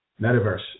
Metaverse